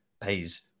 pays